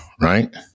right